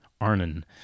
Arnon